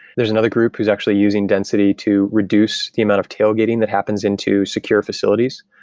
there's another group is actually using density to reduce the amount of tailgating that happens into secure facilities.